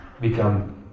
become